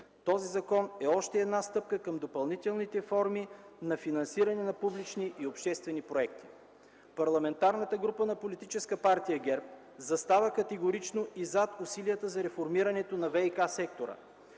Този закон е още една стъпка към допълнителните форми на финансиране на публични и обществени проекти. Парламентарната група на Политическа партия ГЕРБ застава категорично и зад усилията за реформирането на ВиК сектора.